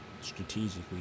strategically